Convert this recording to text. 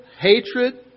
hatred